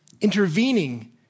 intervening